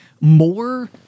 more